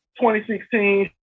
2016